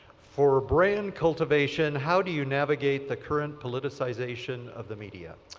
for brand cultivation, how do you navigate the current politicization of the media?